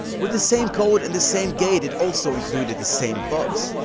with the same code and same game, it also included the same bugs.